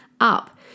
up